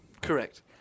Correct